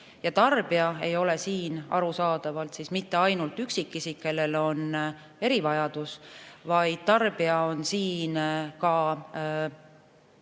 Tarbija ei ole siin arusaadavalt mitte ainult üksikisik, kellel on erivajadus, vaid tarbija on ka